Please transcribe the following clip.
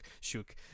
shook